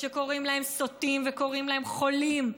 שקוראים להם סוטים וקוראים להם חולים.